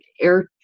air